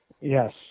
Yes